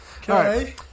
Okay